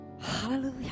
Hallelujah